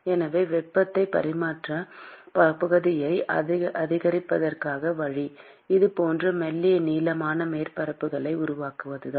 எனவே வெப்பப் பரிமாற்றப் பகுதியை அதிகரிப்பதற்கான வழி இது போன்ற மெல்லிய நீளமான மேற்பரப்புகளை உருவாக்குவதுதான்